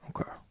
Okay